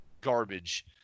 garbage